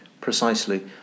Precisely